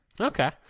okay